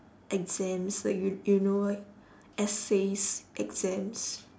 exams like you you know like essays exams